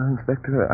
Inspector